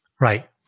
Right